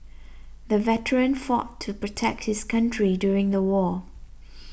the veteran fought to protect his country during the war